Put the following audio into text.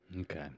Okay